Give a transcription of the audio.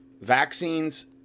vaccines